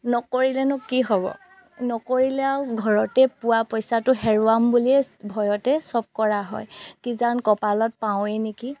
নকৰিলেনো কি হ'ব নকৰিলে আৰু ঘৰতে পোৱা পইচাটো হেৰুৱাম বুলিয়ে ভয়তে চব কৰা হয় কিজানি কপালত পাওঁৱেই নেকি